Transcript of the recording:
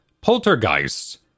poltergeists